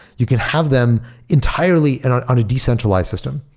you can have them entirely and on on a decentralized system.